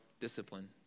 discipline